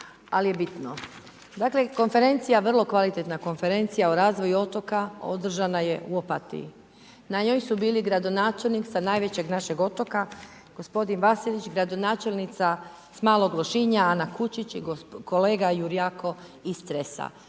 ali je bitno. Dakle konferencija o razvoju otoka održana je u Opatiji. Na njoj su bili gradonačelnik sa najvećeg našeg otoka, gospodin …/Govornik se ne razumije./… gradonačelnica s Malog Lošinja Ana Kučić i kolega Jurjako iz Cresa,